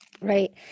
Right